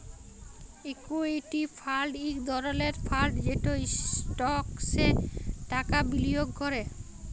equity fund ইক ধরলের fund যেট ইস্টকসে টাকা বিলিয়গ ক্যরে